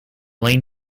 lane